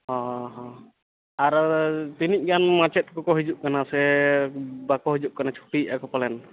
ᱦᱮᱸ ᱦᱮᱸ ᱟᱨ ᱛᱤᱱᱟᱹᱜ ᱜᱟᱱ ᱢᱟᱪᱮᱫ ᱠᱚᱠᱚ ᱦᱤᱡᱩᱜ ᱠᱟᱱᱟ ᱥᱮ ᱵᱟᱠᱚ ᱦᱤᱡᱩᱜ ᱠᱟᱱᱟ ᱪᱷᱩᱴᱤᱭᱮᱫᱼᱟᱠᱚ ᱯᱟᱞᱮᱱ